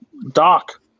Doc